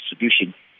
distribution